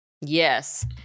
Yes